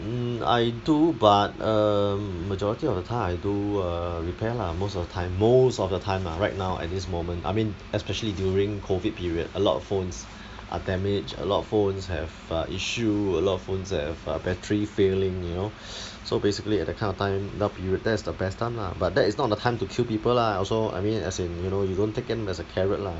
mm I do but um majority of the time I do err repair lah most of the time most of the time lah right now at this moment I mean especially during COVID period a lot of phones are damaged a lot of phones have uh issue a lot of phones have uh battery failing you know so basically at that kind of time down period that is the best time lah but that is not the time to kill people lah also I mean as in you know you don't take them as a carrot lah